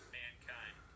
mankind